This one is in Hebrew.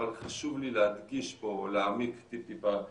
אבל חשוב לי להדגיש פה ולהעמיק טיפ-טיפה יותר.